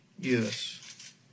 Yes